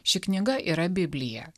ši knyga yra biblija